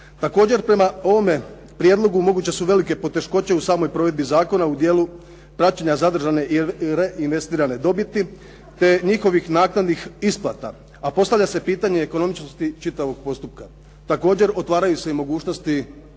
Također prema ovome prijedlogu moguće su velike poteškoće u samoj provedbi zakona u dijelu praćenja zadržane reinvestirane dobiti te njihovih naknadnih isplata. A postavlja se pitanje ekonomičnosti čitavog postupaka. Također otvaraju se mogućnosti